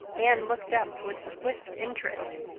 anne looked up with swift interest.